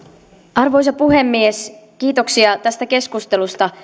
arvoisa puhemies kiitoksia tästä keskustelusta